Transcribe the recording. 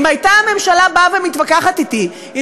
אם הייתה הממשלה באה ומתווכחת אתי אם